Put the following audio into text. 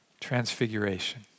transfiguration